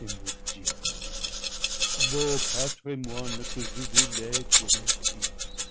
est maudite beau patrimoine que je vous lègue mes fils